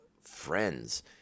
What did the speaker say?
friends